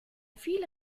viel